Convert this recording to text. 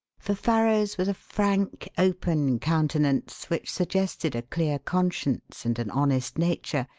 for farrow's was a frank, open countenance which suggested a clear conscience and an honest nature,